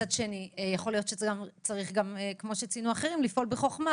מצד שני יכול להיות שכמו שציינו אחרים צריך לפעול בחוכמה,